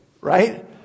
right